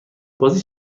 بازی